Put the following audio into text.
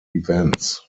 events